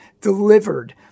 delivered